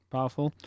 Powerful